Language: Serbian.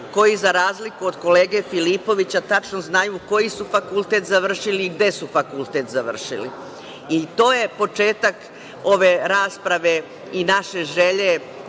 koji, za razliku od kolege Filipovića, tačno znaju koji su fakultet završili i gde su fakultet završili. To je početak ove rasprave i naše želje